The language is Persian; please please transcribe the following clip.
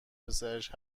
پسرش